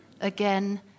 again